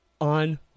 on